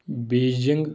Beijing